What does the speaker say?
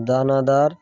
দানাদার